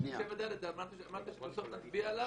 אמרת שבסוף נצביע עליו.